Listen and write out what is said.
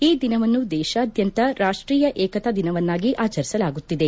ಈ ದಿನವನ್ನು ದೇಶಾದ್ಯಂತ ರಾಷ್ಟೀಯ ಏಕತಾ ದಿನವನ್ನಾಗಿ ಆಚರಿಸಲಾಗುತ್ತಿದೆ